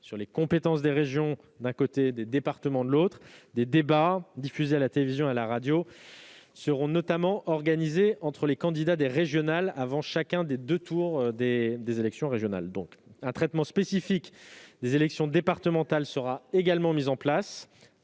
sur les compétences des régions et des départements, des débats diffusés à la télévision et à la radio seront notamment organisés entre les candidats aux élections régionales avant chacun des deux tours de ces élections. Un traitement spécifique des élections départementales sera également mis en place,